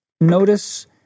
Notice